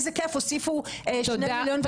איזה כיף הוסיפו שני מיליון וחצי.